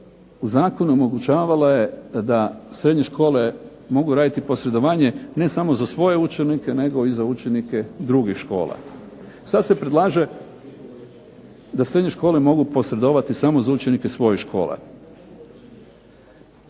odredba omogućavala je da srednje škole mogu raditi posredovanje ne samo za svoje učenike nego i za učenike drugih škola. Sada se predlaže da srednje škole mogu posredovati samo za učenike svojih škola.